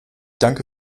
danke